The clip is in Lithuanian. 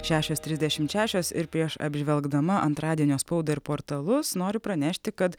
šešios trisdešimt šešios ir prieš apžvelgdama antradienio spaudą ir portalus noriu pranešti kad